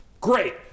great